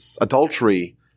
adultery